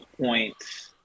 points